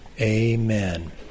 Amen